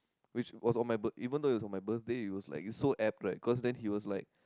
which was on my birth~ even though it was on my birthday it was like so apt right cause then he was like